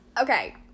Okay